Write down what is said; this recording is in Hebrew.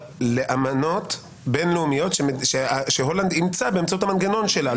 לאמנות בין-לאומיות שהולנד אימצה באמצעות המנגנון שלה.